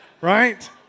right